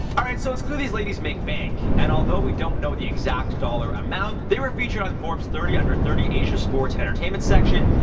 alright so its clear these ladies make bank. and although we don't know the exact dollar amount, they we're featured on the forbes thirty under thirty asia sports and entertainment section,